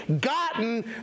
gotten